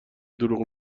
دروغ